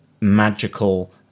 magical